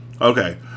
Okay